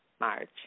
March